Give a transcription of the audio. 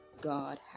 God